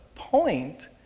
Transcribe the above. Point